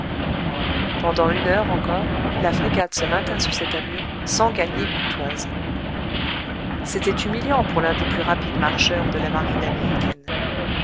pendant une heure encore la frégate se maintint sous cette allure sans gagner une toise c'était humiliant pour l'un des plus rapides marcheurs de la marine américaine